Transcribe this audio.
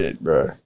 bro